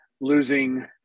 losing